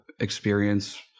experience